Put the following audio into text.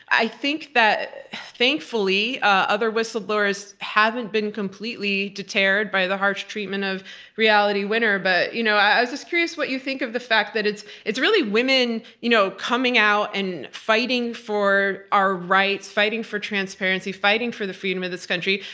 i think that, thankfully, other whistleblowers haven't been completely deterred by the harsh treatment of reality winner, but you know i was just curious what you think of the fact that it's it's really women you know coming out and fighting for our rights, fighting for transparency, fighting for the freedom of this country,